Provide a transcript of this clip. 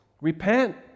repent